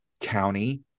county